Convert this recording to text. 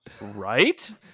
right